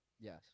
yes